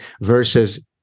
Versus